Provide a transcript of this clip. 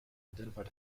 identified